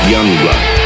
Youngblood